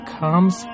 comes